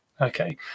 Okay